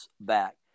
back